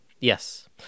Yes